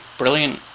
brilliant